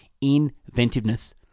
Inventiveness